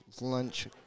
lunch